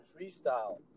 freestyle